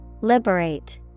Liberate